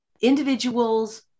individuals